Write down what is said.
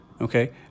okay